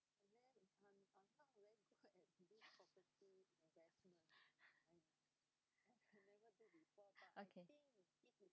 okay